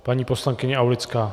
Paní poslankyně Aulická.